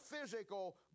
physical